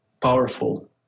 powerful